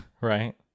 right